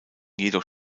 jedoch